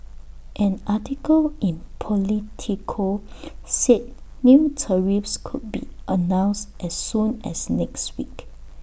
an article in Politico said new tariffs could be announced as soon as next week